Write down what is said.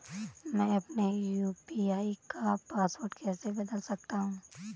मैं अपने यू.पी.आई का पासवर्ड कैसे बदल सकता हूँ?